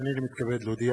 הנני מתכבד להודיע,